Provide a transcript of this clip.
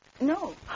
No